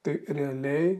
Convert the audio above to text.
tai realiai